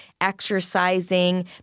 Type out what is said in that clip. exercising